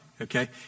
okay